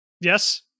Yes